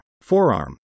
forearm